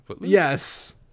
yes